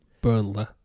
Burnley